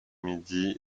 midi